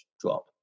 drop